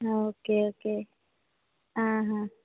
आं okay okay आं हा